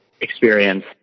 experience